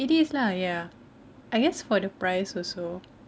it is lah ya I guess for the price also